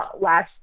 last